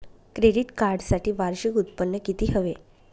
Credit कार्डसाठी वार्षिक उत्त्पन्न किती हवे?